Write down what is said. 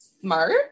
Smart